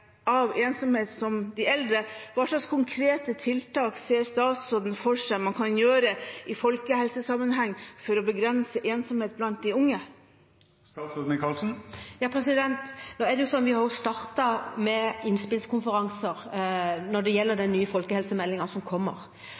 av ensomhet som de eldre, hva slags konkrete tiltak ser statsråden da for seg at man i folkehelsesammenheng kan gjøre for å begrense ensomhet blant de unge? Vi har jo startet med innspillskonferanser når det gjelder den nye folkehelsemeldingen som kommer.